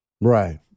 Right